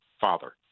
Father